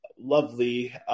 Lovely